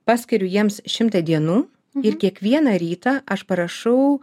paskiriu jiems šimtą dienų ir kiekvieną rytą aš parašau